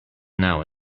now